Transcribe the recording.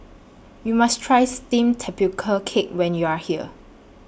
YOU must Try Steamed Tapioca Cake when YOU Are here